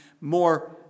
more